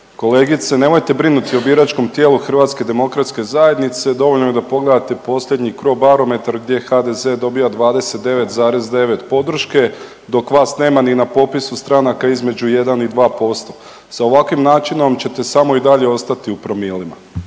Kolegice, nemojte brinuti o biračkom tijelu HDZ-a, dovoljno je da pogledate posljednji Crobarometar gdje HDZ dobija 29,9 podrške dok vas nema ni na popisu stranaka između 1 i 2%. Sa ovakvim načinom ćete samo i dalje ostati u promilima,